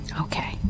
Okay